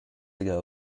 ago